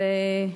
בהחלט.